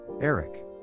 Eric